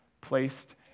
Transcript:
placed